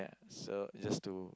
so it's just to